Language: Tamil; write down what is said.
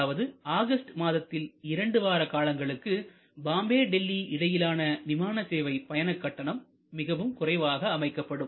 அதாவது ஆகஸ்ட் மாதத்தில் இரண்டு வார காலங்களுக்கு பாம்பே டெல்லி இடையேயான விமான சேவை பயண கட்டணம் மிகவும் குறைவாக அமைக்கப்படும்